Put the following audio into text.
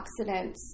antioxidants